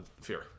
Fear